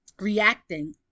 reacting